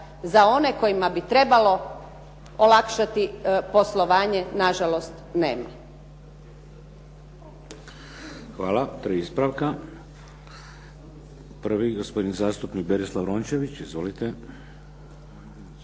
za one kojima bi trebalo olakšati poslovanje nažalost nema. **Šeks, Vladimir (HDZ)** Hvala. Tri ispravka. Prvi, gospodin zastupnik Berislav Rončević. Izvolite.